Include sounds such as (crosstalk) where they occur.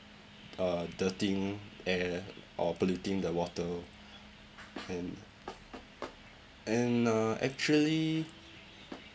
uh dirtying air or polluting the water (breath) and and uh actually